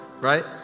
Right